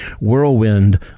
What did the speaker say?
whirlwind